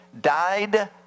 died